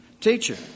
Teacher